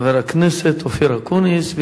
חבר הכנסת אופיר אקוניס,